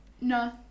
No